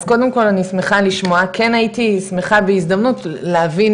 אז קודם כל אני שמחה לשמוע כן הייתי שמחה בהזדמנות להבין